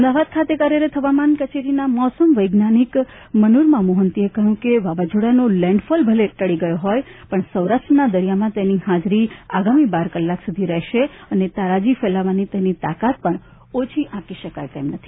અમદાવાદ ખાતે કાર્યરત હવામાન કચેરીના મૌસમ વૈજ્ઞાનિક મનોરમા મોહંતીએ કહ્યું છે કે વાવાઝોડાનો લેન્ડ ફોલ ભલે ટળી ગયો હોય પણ સૌરાષ્ટ્રના દરિયામાં તેની હાજરી આગામી બાર કલાક સુધી રહેશે અને તારાજી ફેલાવવાની તેની તાકાત પણ ઓછી આંકી શકાય તેમ નથી